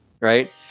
right